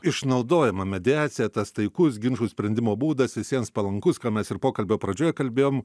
išnaudojama mediacija tas taikus ginčų sprendimo būdas visiems palankus ką mes ir pokalbio pradžioje kalbėjom